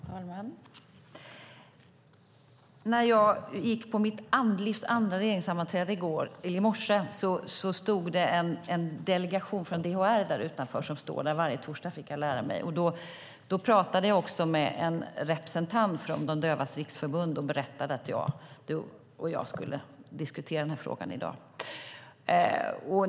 Fru talman! När jag i morse gick på mitt livs andra regeringssammanträde stod det en delegation från DHR utanför. De står där varje torsdag, fick jag lära mig. Jag pratade också med en representant från Sveriges Dövas Riksförbund och berättade att du och jag, Thomas Strand, skulle diskutera den här frågan i dag.